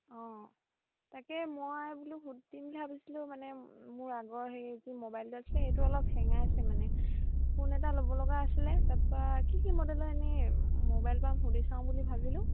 অঁ তাকে মই বোলো সুধিম বুলি ভাবিছিলো মানে মোৰ আগৰ সেই যি মোবাইলটো আছিলে সেইটো অলপ হেঙাই আছে মানে ফোন এটা ল'ব লগা আছিলে তাৰপা কি কি মডেলৰ এনেই মোবাইল পাম সুধি চাওঁ বুলি ভাবিলোঁ